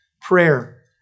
prayer